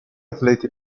atleti